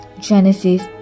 Genesis